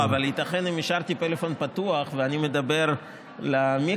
ייתכן שאם השארתי פלאפון פתוח ואני מדבר למיקרופון,